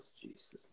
Jesus